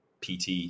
PT